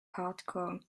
hardcore